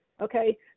okay